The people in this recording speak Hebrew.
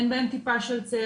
אין בהם טיפה של צל.